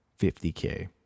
50K